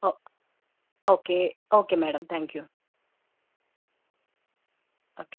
okay okay okay madam thank you okay